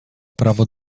prawo